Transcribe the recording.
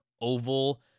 oval